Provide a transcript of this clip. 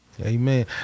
Amen